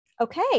Okay